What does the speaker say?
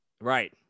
Right